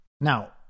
Now